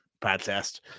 podcast